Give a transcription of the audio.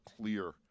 clear